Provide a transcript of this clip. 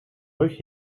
rug